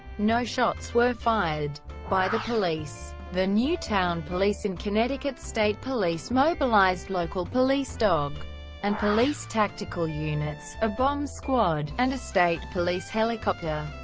no shots were fired by the police. the newtown police and connecticut state police mobilized local police dog and police tactical units, a bomb squad, and a state police helicopter.